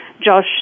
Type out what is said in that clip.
Josh